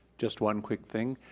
just one quick thing.